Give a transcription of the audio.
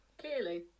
Clearly